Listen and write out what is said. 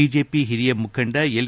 BJP ಹಿರಿಯ ಮುಖಂಡ L